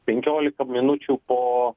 penkiolika minučių po